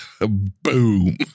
Boom